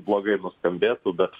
blogai nuskambėtų bet